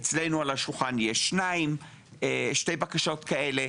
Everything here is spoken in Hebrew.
אצלנו על השולחן יש שתי בקשות כאלה.